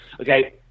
okay